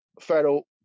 federal